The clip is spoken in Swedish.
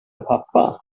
pappa